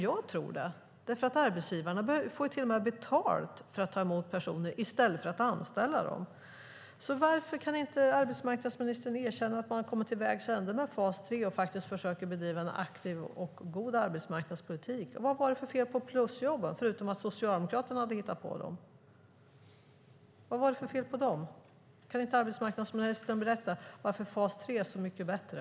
Jag tror det, för arbetsgivarna får till och med betalt för att ta emot personer i stället för att anställa dem. Varför kan arbetsmarknadsministern inte erkänna att man har kommit till vägs ände med fas 3 och faktiskt försöka bedriva en aktiv och god arbetsmarknadspolitik? Och vad var det för fel på plusjobben, förutom att Socialdemokraterna hade hittat på dem? Kan inte arbetsmarknadsministern berätta varför fas 3 är så mycket bättre?